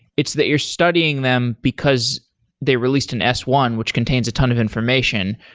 it's that you're studying them because they released an s one, which contains a ton of information.